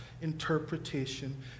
interpretation